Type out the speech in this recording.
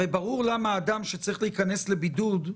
הרי ברור למה אדם שצריך להיכנס לבידוד,